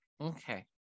Okay